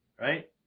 right